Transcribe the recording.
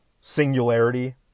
singularity